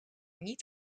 niet